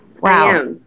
Wow